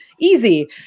easy